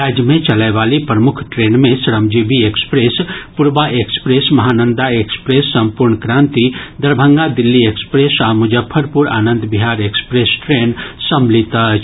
राज्य मे चलयवाली प्रमुख ट्रेन मे Shramjeevi express Purva express Mahananda express Sampoorna Kranti Darbhanga Delhi express आ मुजफ्फपुर आनंद बिहार एक्प्रेस ट्रेन सम्मिलित अछि